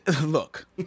Look